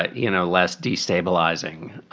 but you know, less destabilising